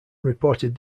reported